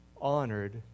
honored